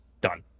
Done